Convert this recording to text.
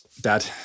Dad